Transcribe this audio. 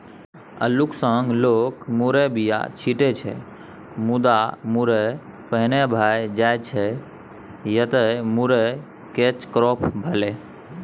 अल्लुक संग लोक मुरयक बीया छीटै छै मुदा मुरय पहिने भए जाइ छै एतय मुरय कैच क्रॉप भेलै